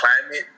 climate